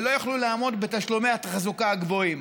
ולא יוכלו לעמוד בתשלומי התחזוקה הגבוהים.